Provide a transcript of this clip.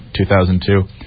2002